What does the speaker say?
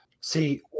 see –